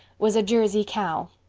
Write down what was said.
was a jersey cow!